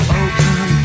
open